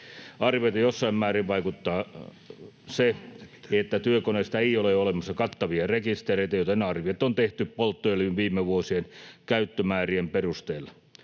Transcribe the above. Arvioihin jossain määrin vaikuttaa se, että työkoneista ei ole olemassa kattavia rekistereitä, joten arviot on tehty polttoöljyn viime vuosien käyttömäärien perusteella.